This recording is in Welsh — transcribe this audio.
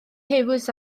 huws